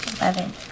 Eleven